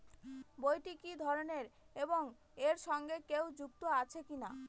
বইটি কি ধরনের এবং এর সঙ্গে কেউ যুক্ত আছে কিনা?